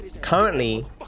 Currently